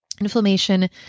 Inflammation